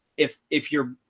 if if you're,